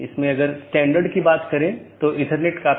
इसलिए हमारे पास BGP EBGP IBGP संचार है